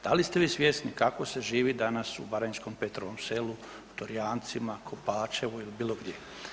Da li ste vi svjesni kako se živi danas u baranjskom Petrovom Selu, Torjancima, Kopačevu ili bilo gdje?